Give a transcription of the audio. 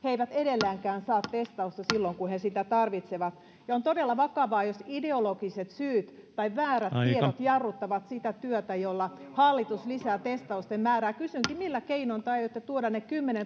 ei edelleenkään saa testausta silloin kun he sitä tarvitsevat ja on todella vakavaa jos ideologiset syyt tai väärät tiedot jarruttavat sitä työtä jolla hallitus lisää testausten määrää kysynkin millä keinoin te aiotte tuoda ne